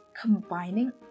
combining